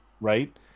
right